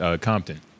Compton